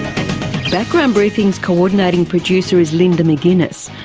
background briefing's coordinating producer is linda mcginness,